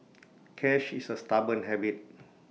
cash is A stubborn habit